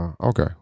Okay